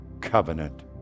covenant